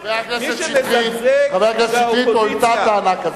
חבר הכנסת שטרית, הועלתה טענה כזאת.